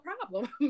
problem